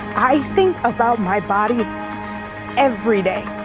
i think about my body every day.